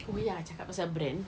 oh ya cakap pasal brand